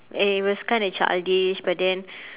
it was kinda childish but then